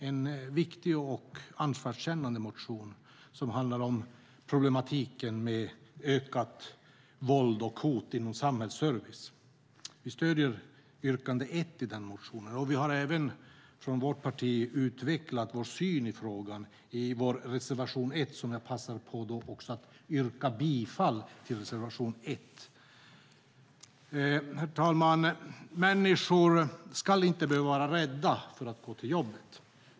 Det är en viktig och ansvarskännande motion som handlar om problematiken med ökat våld och hot inom samhällsservice. Vi stöder yrkande 1 i den motionen. Vi har även från vårt partis sida utvecklat vår syn i frågan i vår reservation 1, som jag passar på att yrka bifall till. Herr talman! Människor ska inte behöva vara rädda för att gå till jobbet.